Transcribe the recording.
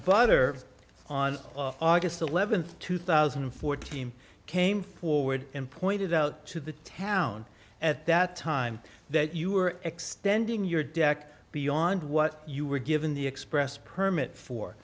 butter on august eleventh two thousand and fourteen came forward and pointed out to the town at that time that you were extending your deck beyond what you were given the expressed permit for